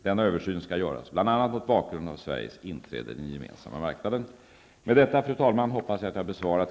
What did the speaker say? Denna översyn skall göras bl.a. mot bakgrund av Sveriges inträde i den gemensamma marknaden. Med detta, fru talman, hoppas jag att jag besvarat